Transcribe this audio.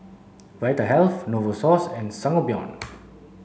Vitahealth Novosource and Sangobion